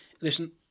listen